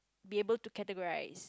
be able to categorise